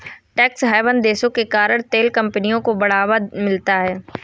tax haven देशों के कारण तेल कंपनियों को बढ़ावा मिलता है